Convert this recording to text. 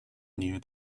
near